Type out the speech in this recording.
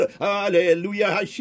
Hallelujah